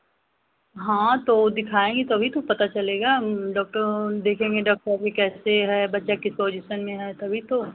हाँ तो दिखाएँगी तभी तो पता चलेगा डॉक्टर देखेंगे डॉक्टर अभी कैसे है बच्चा किस पोजीसन में है तभी तो